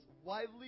widely